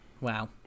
Wow